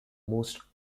most